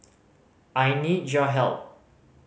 I need your help